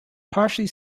partially